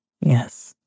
Yes